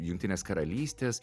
jungtinės karalystės